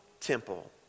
temple